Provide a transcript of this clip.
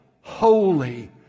holy